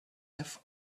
have